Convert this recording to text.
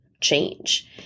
change